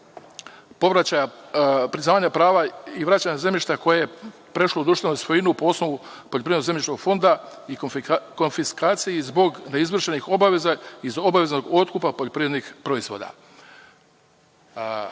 povraćaja priznavanja prava i vraćanja zemljišta koje je prešlo u društvenu svojinu po osnovu poljoprivrednog zemljišnog fonda i konfiskaciji zbog neizvršenih obaveza iz obaveznog otkupa poljoprivrednih proizvoda. Tu